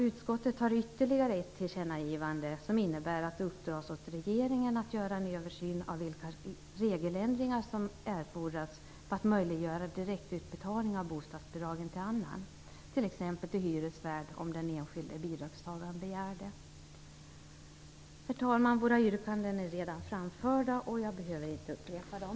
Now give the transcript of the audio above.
Utskottet har ytterligare ett tillkännagivande som innebär att det uppdras åt regeringen att göra en översyn av vilka regeländringar som erfordras för att möjliggöra direktutbetalning av bostadsbidragen till annan, t.ex. till hyresvärd, om den enskilde bidragstagaren begär det. Herr talman! Våra yrkanden är redan framförda, och jag behöver inte upprepa dem.